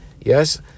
Yes